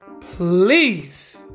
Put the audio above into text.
please